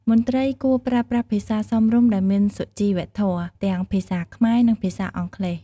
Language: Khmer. មន្ត្រីគួរប្រើប្រាស់ភាសារសមរម្យដែលមានសុជីវធម៌ ទាំងភាសាខ្មែរ និងភាសាអង់គ្លេស ។